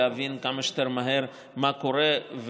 להבין כמה שיותר מהר מה קורה,